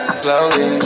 slowly